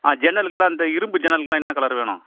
ஆ ஜன்னலுக்குல்லாம் இந்த இரும்பு ஜன்னலுக்குல்லாம் என்ன கலர் வேணும்